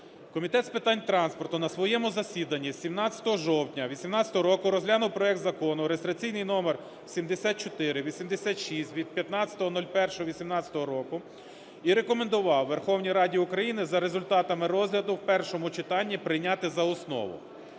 Комітет з питань транспорту на своєму засіданні 17 жовтня 2018 року розглянув проект Закону реєстраційний номер 7486 від 15.01.2018 року і рекомендував Верховній Раді України за результатами розгляду в першому читанні прийняти за основу.